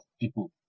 people